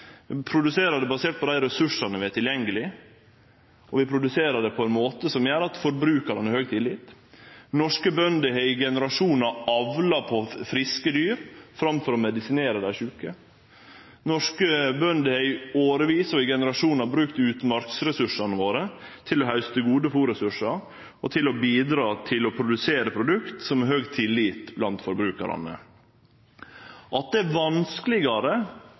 produserer basert på dei ressursane vi har tilgjengeleg, og vi produserer på ein måte som gjer at forbrukarane har høg tillit. Norske bønder har i generasjonar avla friske dyr framfor å medisinere dei sjuke. Norske bønder har i årevis og i generasjonar brukt utmarksressursane våre til å hauste gode fôrressursar og til å bidra til å produsere produkt som har høg tillit blant forbrukarane. At det er vanskelegare